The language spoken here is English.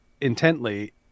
intently